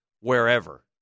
wherever